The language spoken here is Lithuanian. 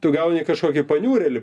tu gauni kažkokį paniurėlį